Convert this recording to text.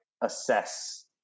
assess